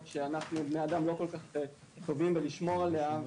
שאנחנו בני האדם לא כל כך טובים בלשמור עליה,